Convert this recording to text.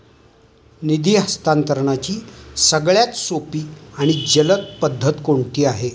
निधी हस्तांतरणाची सगळ्यात सोपी आणि जलद पद्धत कोणती आहे?